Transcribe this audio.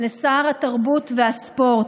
לשר התרבות והספורט,